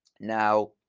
now,